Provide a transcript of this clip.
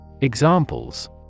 Examples